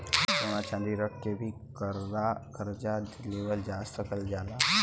सोना चांदी रख के भी करजा लेवल जा सकल जाला